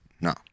No